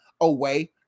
away